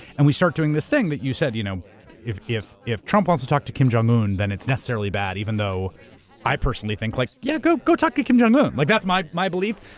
and we start doing this thing, that you said. you know if if trump wants to talk to kim jong un, then it's necessarily bad, even though i personally think like, yeah, go go talk to kim jong un. like that's my my belief,